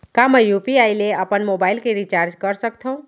का मैं यू.पी.आई ले अपन मोबाइल के रिचार्ज कर सकथव?